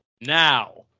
now